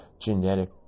genetic